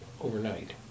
overnight